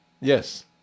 yes